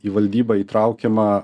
į valdybą įtraukiama